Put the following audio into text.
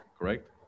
correct